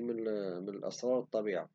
من أسرار الطبيعة.